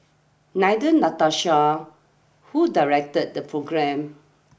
Neither Natasha who directed the programme